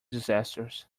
disasters